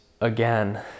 again